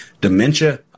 dementia